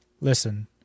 Listen